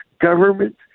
Government